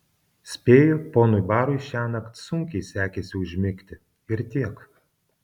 spėju ponui barui šiąnakt sunkiai sekėsi užmigti ir tiek